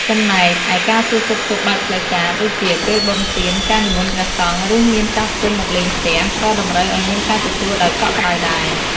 ចំណែកឯការសួរសុខទុក្ខបែបផ្លូវការ ដូចជា ពេលបុណ្យទាន ការនិមន្តព្រះសង្ឃ ឬ មានចាស់ទុំមកលេងផ្ទះ ក៏តម្រូវឱ្យមានការទទួលដោយកក់ក្ដៅដែរ។